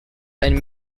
ein